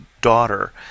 daughter